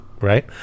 right